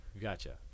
Gotcha